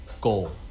goal